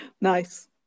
nice